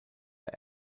der